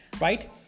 right